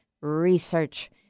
research